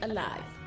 Alive